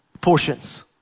portions